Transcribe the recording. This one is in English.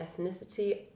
ethnicity